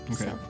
Okay